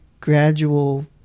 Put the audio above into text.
gradual